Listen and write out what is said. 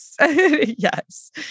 yes